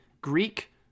Greek-